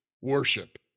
worship